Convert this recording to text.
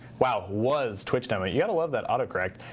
wow, was twitch demo. you gotta love that auto correct.